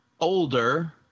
older